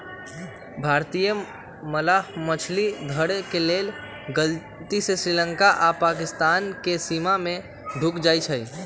भारतीय मलाह मछरी धरे के लेल गलती से श्रीलंका आऽ पाकिस्तानके सीमा में ढुक जाइ छइ